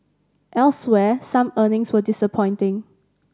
elsewhere some earnings were disappointing